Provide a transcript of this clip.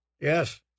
yes